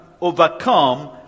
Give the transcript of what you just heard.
overcome